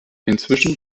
inzwischen